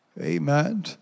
Amen